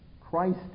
Christ